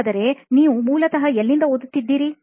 ಸಂದರ್ಶಕ ಹಾಗಾದರೆ ನೀವು ಮೂಲತಃ ಎಲ್ಲಿಂದ ಓದುತ್ತಿದ್ದೀರಿ